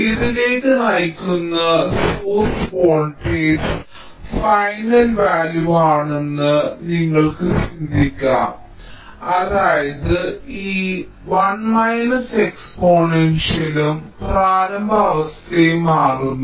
ഇതിലേക്ക് നയിക്കുന്ന source voltage final value ആണെന്ന് നിങ്ങൾക്ക് ചിന്തിക്കാം അതായത് ഈ 1 മൈനസ് എക്സ്പോണൻഷ്യലും പ്രാരംഭ അവസ്ഥയും മാറുന്നു